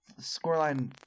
scoreline